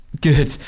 Good